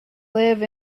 live